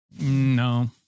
No